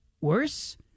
Worse